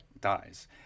dies